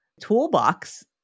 toolbox